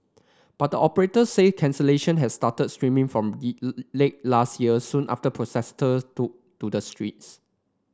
but operator say cancellation had started streaming from late last year soon after protester to to the streets